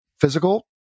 physical